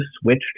switched